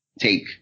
take